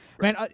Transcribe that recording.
Man